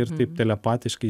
ir taip telepatiškai